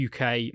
UK